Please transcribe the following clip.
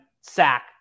sack